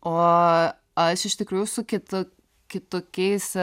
o aš iš tikrųjų su kitu kitokiais